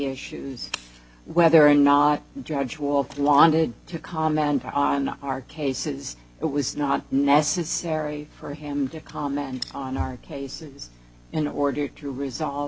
issues whether or not judge walther wanted to comment on our cases it was not necessary for him to comment on our cases in order to resolve